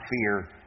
fear